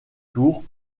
tours